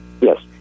Yes